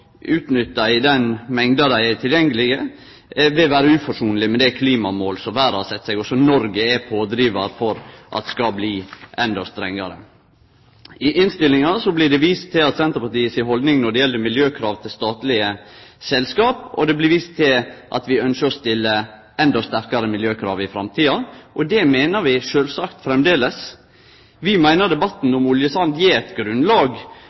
utnytta i den mengda som er tilgjengeleg, ikkje er i samsvar med dei klimamåla som verda har sett seg, og som Noreg er pådrivar for at skal bli endå strengare. I innstillinga blir det vist til Senterpartiet si haldning når det gjeld miljøkrav til statlege selskap, og det blir vist til at vi ynskjer å stille endå sterkare miljøkrav i framtida. Det meiner vi sjølvsagt framleis. Vi meiner debatten om oljesand gjev eit grunnlag